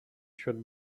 should